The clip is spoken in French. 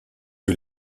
que